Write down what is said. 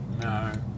No